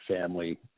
family